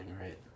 right